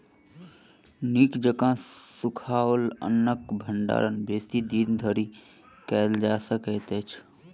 नीक जकाँ सुखाओल अन्नक भंडारण बेसी दिन धरि कयल जा सकैत अछि